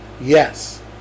yes